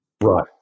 Right